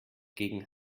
gegen